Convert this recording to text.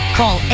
call